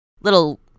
little